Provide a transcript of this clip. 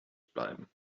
bleiben